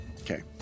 Okay